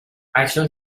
اکنون